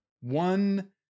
One